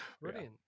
Brilliant